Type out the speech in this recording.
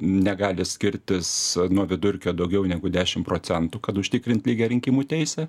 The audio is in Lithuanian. negali skirtis nuo vidurkio daugiau negu dešim procentų kad užtikrint lygią rinkimų teisę